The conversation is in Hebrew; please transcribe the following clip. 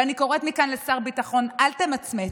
ואני קוראת מכאן לשר הביטחון: אל תמצמץ.